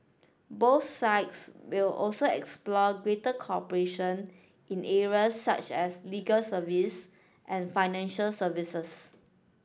both sides will also explore greater cooperation in areas such as legal service and financial services